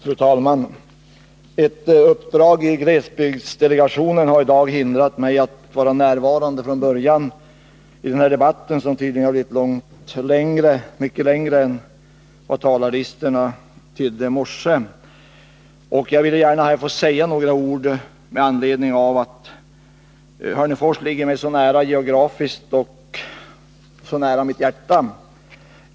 Fru talman! Ett uppdrag i glesbygdsdelegationen har i dag hindrat mig att från början vara närvarande vid den här debatten, som tydligen har blivit längre än vad talarlistan tydde på. Jag vill nu säga några ord med anledning av att Hörnefors ligger mig så nära geografiskt och också därför att Hörnefors står mitt hjärta så nära.